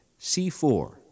C4